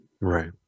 Right